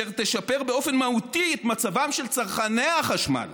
אשר תשפר באופן מהותי את מצבם של צרכני החשמל,